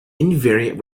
invariant